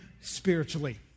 spiritually